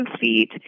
feet